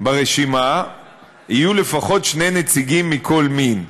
ברשימה יהיו לפחות שני נציגים מכל מין.